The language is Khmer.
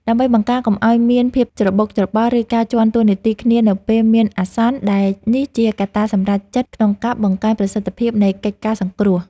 ដើម្បីបង្ការកុំឱ្យមានភាពច្របូកច្របល់ ឬការជាន់តួនាទីគ្នានៅពេលមានអាសន្ន ដែលនេះជាកត្តាសម្រេចចិត្តក្នុងការបង្កើនប្រសិទ្ធភាពនៃកិច្ចការសង្គ្រោះ។